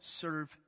serve